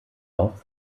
auch